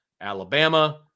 Alabama